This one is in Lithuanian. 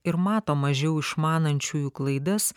ir mato mažiau išmanančiųjų klaidas